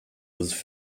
was